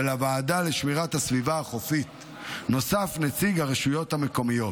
לוועדה לשמירת הסביבה החופית נוסף נציג הרשויות המקומיות.